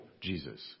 Jesus